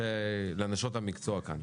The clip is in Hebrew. לנשות המקצוע כאן.